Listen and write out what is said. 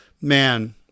man